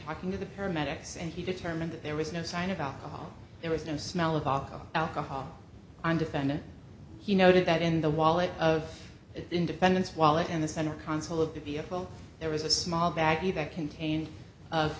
talking to the paramedics and he determined that there was no sign of alcohol there was no smell of alcohol alcohol on defendant he noted that in the wallet of the independence wallet in the center console of the vehicle there was a small bag that contained of